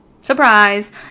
surprise